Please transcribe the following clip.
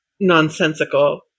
nonsensical